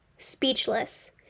speechless